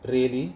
really